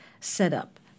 setup